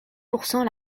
pourcent